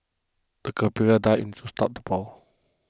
the dived to stop the ball